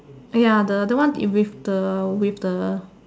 ya the the one with the with the